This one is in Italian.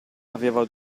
aveva